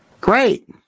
Great